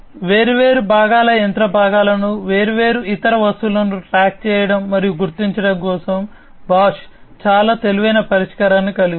వేర్వేరు భాగాల యంత్ర భాగాలను వేర్వేరు ఇతర వస్తువులను ట్రాక్ చేయడం మరియు గుర్తించడం కోసం బాష్ చాలా తెలివైన పరిష్కారాన్ని కలిగి ఉంది